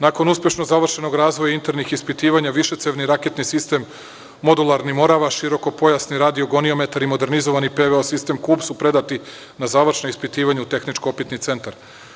Nakon uspešno završenog razvoja internih ispitivanja, višecevni raketni sistem modularni „Morava“, širokopojasni radiogoniometar i modernizovani PVO sistem „Kub“ su predati na završna ispitivanja u Tehničko opitni centar.